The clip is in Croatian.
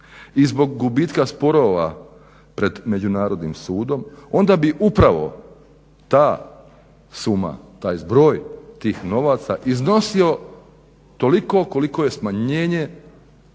i zbog gubitka sporova pred Međunarodnim sudom onda bi upravo ta suma, taj zbroj tih novaca iznosio toliko koliko je smanjenje